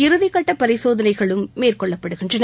இறதிக்கட்டப் பரிசோதனைகளும் மேற்கொள்ளப்படுகின்றன